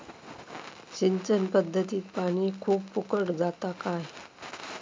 सिंचन पध्दतीत पानी खूप फुकट जाता काय?